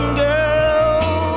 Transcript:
girl